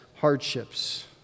hardships